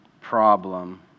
problem